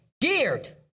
geared